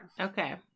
Okay